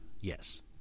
Yes